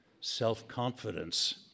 self-confidence